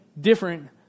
different